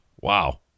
Wow